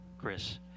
Chris